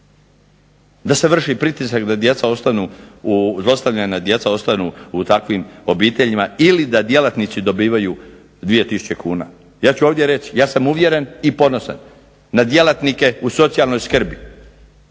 zlostavljana djeca ostanu u takvim obiteljima ili da djelatnici dobivaju 2000 kuna. Ja ću ovdje reći, ja sam uvjeren i ponosan na djelatnike u socijalnoj skrbi,